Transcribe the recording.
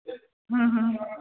ह्म्म ह्म्म